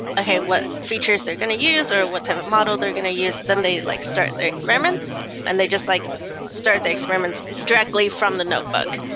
okay, what features they're going to use or what type of model they're going to use, then they like start their experiments and they just like start the experiments directly from the notebook.